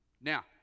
Now